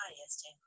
highest